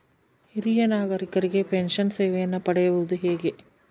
ಹಿರಿಯ ನಾಗರಿಕರಿಗೆ ಪೆನ್ಷನ್ ಸೇವೆಯನ್ನು ಪಡೆಯುವುದು ಹೇಗೆ?